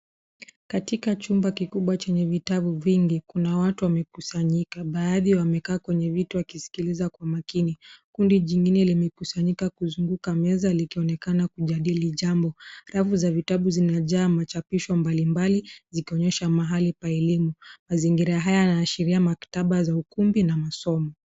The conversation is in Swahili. Katika chumba kikubwa chenye vitabu vingi kuna watu wamekusanyika. Baadhi wamekaa kwenye viti wakisikiliza kwa makini. Kundi jingine limekusanyika kuzunguka meza likionekana kujadili jambo. Rafu za vitabu zinajaa machapisho mbalimbali zikionyesha mahali pa elimu. Mazingira haya yanaashiria maktaba za ukumbi na masomo.